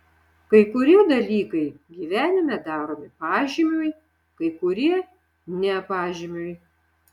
kai kurie dalykai gyvenime daromi pažymiui kai kurie ne pažymiui